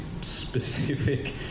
specific